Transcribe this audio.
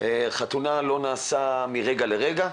חתונה לא נעשית מרגע לרגע,